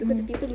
mm